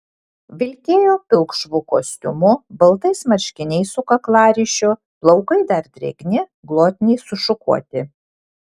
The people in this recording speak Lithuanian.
vilkėjo pilkšvu kostiumu baltais marškiniais su kaklaryšiu plaukai dar drėgni glotniai sušukuoti